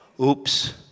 oops